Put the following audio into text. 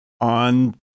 on